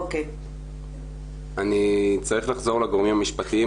אני צריך לחזור לגורמים המשפטיים,